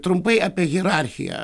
trumpai apie hierarchiją